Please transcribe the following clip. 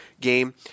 game